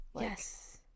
Yes